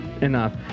enough